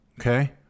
Okay